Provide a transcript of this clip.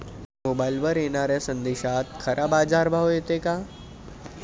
मोबाईलवर येनाऱ्या संदेशात खरा बाजारभाव येते का?